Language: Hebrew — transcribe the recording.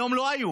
היום לא היו,